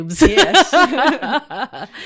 yes